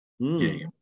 game